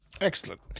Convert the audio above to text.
Excellent